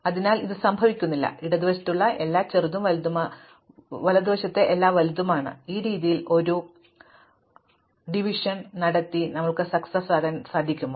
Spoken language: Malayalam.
അതിനാൽ ഇത് സംഭവിക്കുന്നില്ല ഇടതുവശത്തുള്ള എല്ലാം ചെറുതും വലതുവശത്തെ എല്ലാം വലുതും ആണ് ഈ രീതിയിൽ ഒരു വിഭജനം നടത്തി ജയിക്കാനാകുമോ